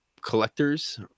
collectors